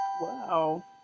Wow